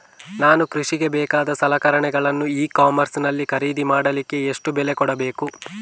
ನಾನು ಕೃಷಿಗೆ ಬೇಕಾದ ಸಲಕರಣೆಗಳನ್ನು ಇ ಕಾಮರ್ಸ್ ನಲ್ಲಿ ಖರೀದಿ ಮಾಡಲಿಕ್ಕೆ ಎಷ್ಟು ಬೆಲೆ ಕೊಡಬೇಕು?